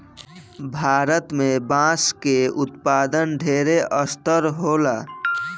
भारत में बांस के उत्पादन ढेर स्तर होला